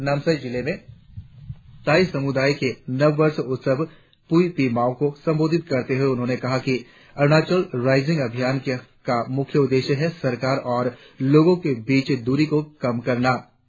नामसाई में ताई समुदाय के नव वर्ष उत्सव पूई पी माऊ को संबोधित करते हुए उन्होंने कहा कि अरुणाचल राइजिंग अभियान का मुख्य उद्देश्य सरकार और लोगो के बीच दूरी को कम करना है